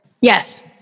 Yes